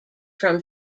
from